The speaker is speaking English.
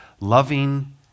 loving